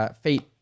Fate